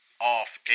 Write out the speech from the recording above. off